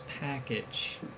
Package